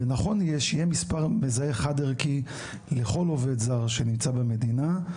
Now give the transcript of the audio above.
ונכון יהיה שיהיה מספר מזהה חד ערכי לכל עובד זר שנמצא במדינה,